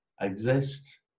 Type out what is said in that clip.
exist